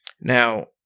Now